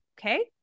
okay